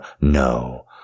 no